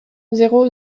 zéro